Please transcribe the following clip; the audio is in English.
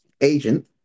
agent